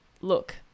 look